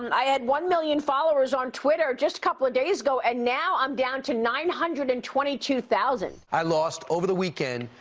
i had one million followers on twitter just a couple days ago, and now i'm down to nine hundred and twenty two thousand. i lost, over the weekend,